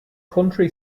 country